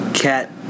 cat